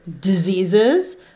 diseases